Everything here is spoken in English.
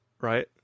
right